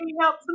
help